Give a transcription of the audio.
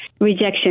rejection